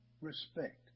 respect